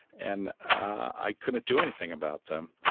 and i couldn't do anything about them.